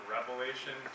Revelation